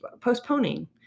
postponing